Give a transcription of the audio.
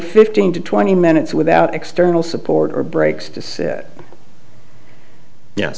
fifteen to twenty minutes without external support or breaks to say ye